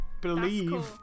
...believe